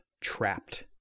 trapped